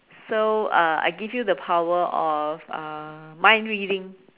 so uh I give you the power of uh mind reading